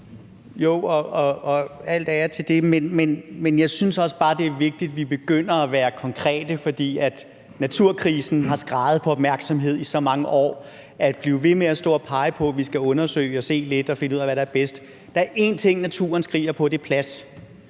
er al ære værd, men jeg synes også bare, det er vigtigt, at vi begynder at være konkrete, for naturkrisen har skreget på opmærksomhed i så mange år, frem for at blive ved med at stå og pege på, at vi skal undersøge noget og se på, hvad der er bedst. Der er én ting, naturen skriger på, og det er plads.